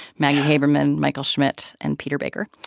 maggie haberman, michael schmidt and peter baker.